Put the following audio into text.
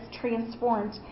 transformed